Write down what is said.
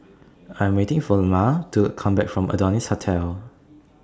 I Am waiting For Ilma to Come Back from Adonis Hotel